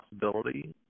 possibility